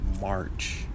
March